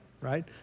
right